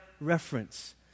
reference